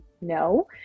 no